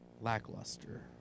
lackluster